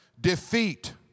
defeat